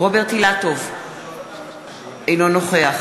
מקובל על כולם, אני מקווה.